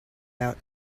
out